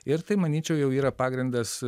ir tai manyčiau jau yra pagrindas